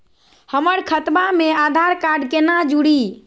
हमर खतवा मे आधार कार्ड केना जुड़ी?